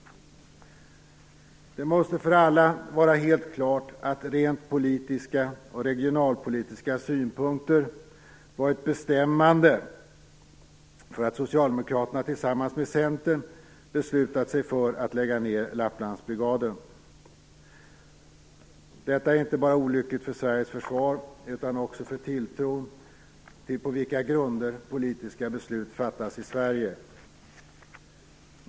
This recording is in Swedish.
Det måste för alla vara helt klart att rent politiska och regionalpolitiska synpunkter varit bestämmande för att Socialdemokraterna tillsammans med Centern beslutat sig för att lägga ned Lapplandsbrigaden. Detta är inte bara olyckligt för Sveriges försvar utan också för tilltron till på vilka grunder politiska beslut fattas i Sverige.